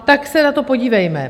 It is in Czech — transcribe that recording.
Tak se na to podívejme.